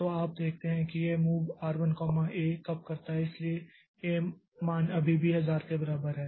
तो आप देखते हैं कि यह MOV R 1 A कब करता है इसलिए A मान अभी भी 1000 के बराबर है